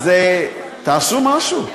אז תעשו משהו.